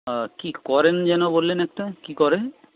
কি করেন যেন বললেন একটা কি করেন